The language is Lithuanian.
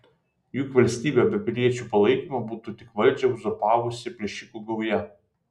juk valstybė be piliečių palaikymo būtų tik valdžią uzurpavusi plėšikų gauja